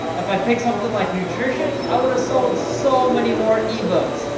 if i picked something like nutrition, i would'a sold so many more ebooks,